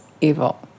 evil